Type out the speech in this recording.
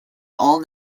all